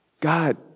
God